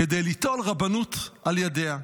כדי ליטול רבנות על ידיה.